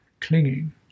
clinging